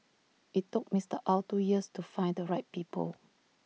IT took Mister Ow two years to find the right people